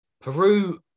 Peru